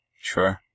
Sure